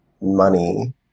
money